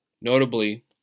Notably